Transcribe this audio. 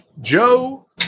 Joe